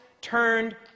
turned